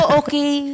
okay